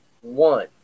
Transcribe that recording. one